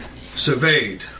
surveyed